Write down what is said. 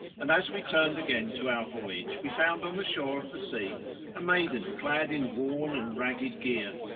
and as we turned again to our voyage we found on the shore of the sea a maiden clad in worn and ragged gear,